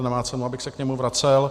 Nemá cenu, abych se k němu vracel.